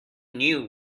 knew